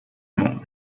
hamon